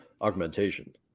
augmentation